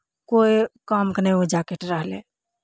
कोइ कामके नहि ओ जैकेट रहलै